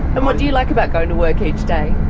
and what do you like about going to work each day?